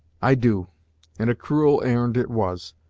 i do and a cruel errand it was!